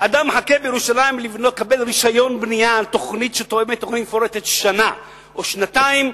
אם אדם מחכה בירושלים לרשיון בנייה על תוכנית מפורטת שנה או שנתיים,